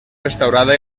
restaurada